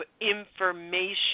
information